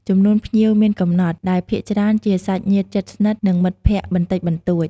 ចំនួនភ្ញៀវមានកំណត់ ដែលភាគច្រើនជាសាច់ញាតិជិតស្និទ្ធ និងមិត្តភក្តិបន្តិចបន្តួច។